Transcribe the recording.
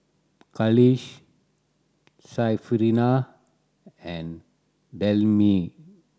Khalish Syarafina and Delima